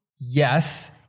Yes